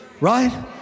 Right